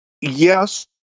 yes